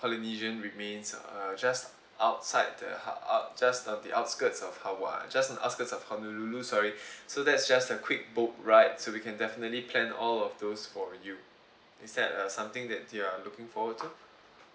polynesian remains uh just outside the ha~ uh just the outskirts of hawaii just the outskirt of honolulu sorry so that's just a quick boat rides so we can definitely plan all of those for you is that uh something that you are forward to